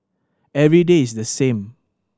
every day is the same